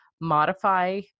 modify